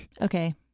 Okay